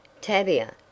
Tavia